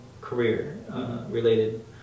career-related